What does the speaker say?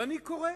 ואני קורא